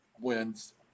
wins